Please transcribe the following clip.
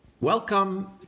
Welcome